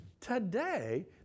Today